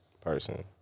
person